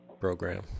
program